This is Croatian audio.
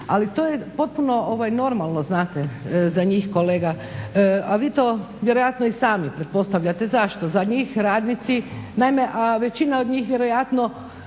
ali to je potpuno normalno znate za njih kolega, a vi to vjerojatno i sami pretpostavljate. Zašto, za njih radnici naime a većina od njih vjerojatno